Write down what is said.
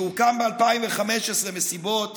שהוקם ב-2015 מסיבות